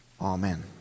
Amen